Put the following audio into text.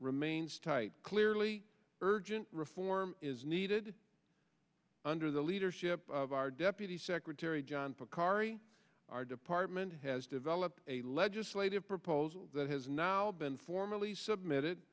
remains tight clearly urgent reform is needed under the leadership of our deputy secretary john pocari our department has developed a legislative proposal that has now been formally submitted